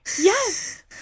Yes